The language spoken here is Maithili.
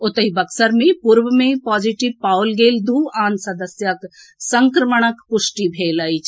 ओतहि बक्सर मे पूर्व मे पॉजिटिव पाओल गेल दू आन सदस्यक संक्रमणक पुष्टि भेल अछि